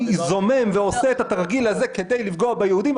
זומם ועושה את התרגיל הזה כדי לפגוע ביהודים,